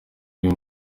imbwa